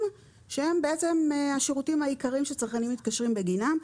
שהם בעצם השירותים העיקריים שצרכנים מתקשרים בגינם,